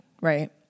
right